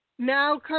Now